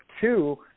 two